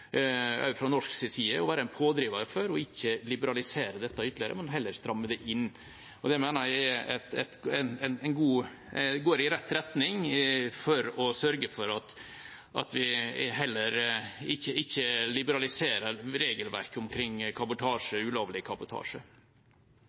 fra norsk side har vært en pådriver for ikke å liberalisere dette ytterligere, men heller stramme det inn. Dette mener jeg går i rett retning for å sørge for at vi heller ikke liberaliserer regelverket for kabotasje